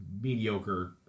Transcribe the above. mediocre